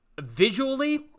visually